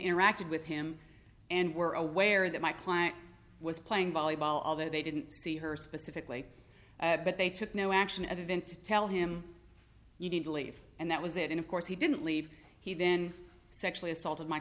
interacted with him and were aware that my client was playing volleyball although they didn't see her specifically but they took no action other than to tell him you need to leave and that was it and of course he didn't leave he then sexually assaulted my